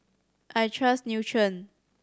I trust Nutren